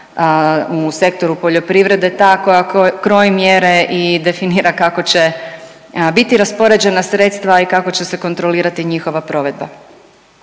u sektoru poljoprivrede ta koja kroji mjere i definira kako će biti raspoređena sredstva i kako će se kontrolirati njihova provedba.